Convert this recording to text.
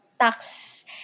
tax